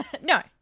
No